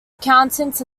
accountants